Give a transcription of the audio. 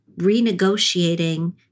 renegotiating